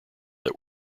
that